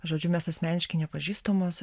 žodžiu mes asmeniškai nepažįstamos